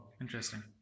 interesting